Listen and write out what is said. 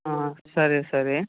సరే సరే